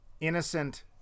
innocent